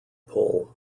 pull